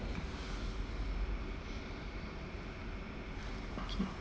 okay